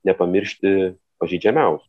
nepamiršti pažeidžiamiausių